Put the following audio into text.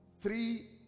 three